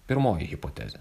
pirmoji hipotezė